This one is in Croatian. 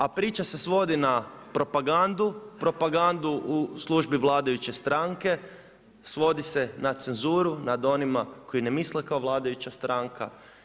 A priča se svodi na propagandu, propagandu u službi vladajuće stranke, svodi se na cenzuru, nad onima, koji ne misle kao vladajuća stranka.